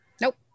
Nope